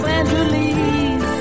Angeles